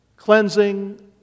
Cleansing